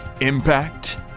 impact